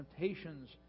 temptations